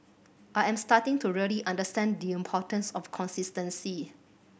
I am starting to really understand the importance of consistency